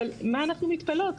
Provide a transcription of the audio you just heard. אבל מה אנחנו מתפלאות,